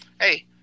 Hey